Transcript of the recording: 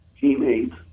teammates